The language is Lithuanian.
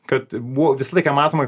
kad buvo visą laiką matoma